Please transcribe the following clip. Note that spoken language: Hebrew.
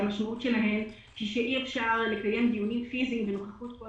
שמשמעותן היא שאי אפשר לקיים דיונים פיזיים בנוכחות כל